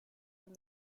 and